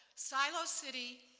silo city,